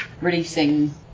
releasing